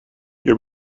your